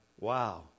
Wow